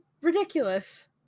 ridiculous